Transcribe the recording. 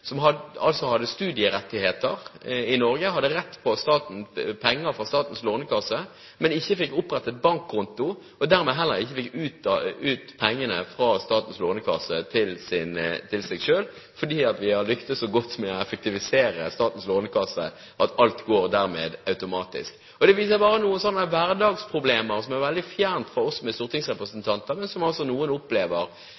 som hadde studierettigheter i Norge, hadde rett på penger fra Statens lånekasse, men som ikke fikk opprettet bankkonto og dermed heller ikke fikk ut pengene fra Lånekassen, fordi vi har lyktes så godt med å effektivisere Statens lånekasse at alt dermed går automatisk. Det viser noen hverdagsproblemer som er veldig fjernt fra oss